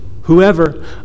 whoever